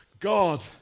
God